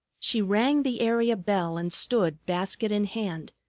she rang the area bell and stood basket in hand,